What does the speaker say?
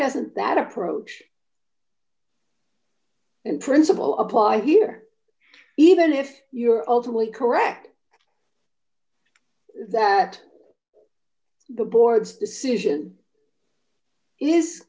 doesn't that approach in principle apply here even if you're ultimately correct that the board's decision is